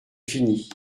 fini